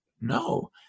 No